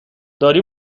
داری